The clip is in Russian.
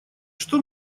что